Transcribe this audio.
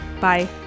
Bye